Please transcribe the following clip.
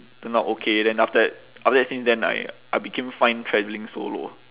turn out okay then after that after that since then I I became fine travelling solo